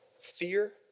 Fear